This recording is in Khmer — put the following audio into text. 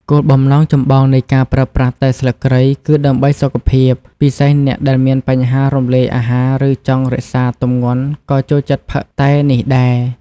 គោលបំណងចម្បងនៃការប្រើប្រាស់តែស្លឹកគ្រៃគឺដើម្បីសុខភាព ពិសេសអ្នកដែលមានបញ្ហារំលាយអាហារ ឬចង់រក្សាទម្ងន់ក៏ចូលចិត្តផឹកតែនេះដែរ។